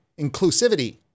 inclusivity